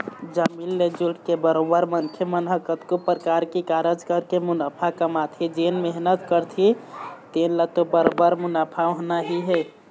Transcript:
जमीन ले जुड़के बरोबर मनखे मन ह कतको परकार के कारज करके मुनाफा कमाथे जेन मेहनत करथे तेन ल तो बरोबर मुनाफा होना ही हे